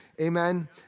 Amen